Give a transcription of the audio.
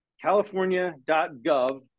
california.gov